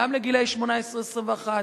גם לגילאי 18 21,